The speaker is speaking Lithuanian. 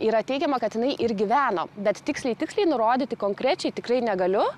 yra teigiama kad jinai ir gyveno bet tiksliai tiksliai nurodyti konkrečiai tikrai negaliu